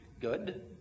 good